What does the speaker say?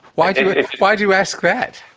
why do why do you ask that?